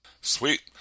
Sweet